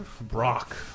Brock